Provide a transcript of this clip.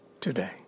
today